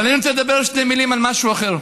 אבל אני רוצה לדבר שתי מילים על משהו אחר.